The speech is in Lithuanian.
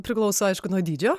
priklauso aišku nuo dydžio